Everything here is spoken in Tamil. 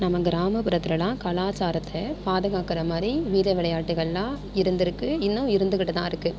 நம்ம கிராமப்புறத்துலலாம் கலாச்சாரத்தை பாதுகாக்கிற மாதிரி வீர விளையாட்டுகள்லாம் இருந்துருக்குது இன்னும் இருந்துக்கிட்டு தான் இருக்குது